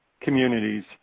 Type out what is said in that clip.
communities